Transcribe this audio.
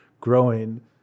growing